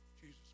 Jesus